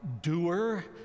doer